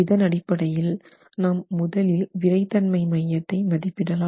இதனடிப்படையில் நாம் முதலில் விறைத்தன்மை மையத்தை மதிப்பிடலாம்